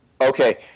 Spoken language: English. Okay